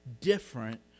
different